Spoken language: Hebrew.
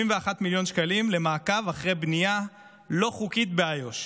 71 מיליון שקלים למעקב אחרי בנייה לא-חוקית באיו"ש.